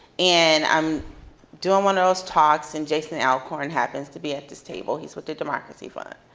and i'm doing one of those talks, and jason alcorn happens to be at this table. he's with the democracy fund.